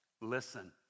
Listen